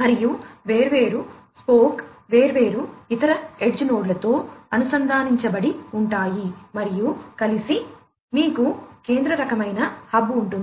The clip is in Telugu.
మరియు వేర్వేరు స్పోక్ వేర్వేరు ఇతర ఎడ్జ్ నోడ్లతో అనుసంధానించబడి ఉంటాయి మరియు కలిసి మీకు కేంద్ర రకమైన హబ్ ఉంటుంది